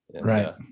Right